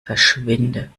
verschwinde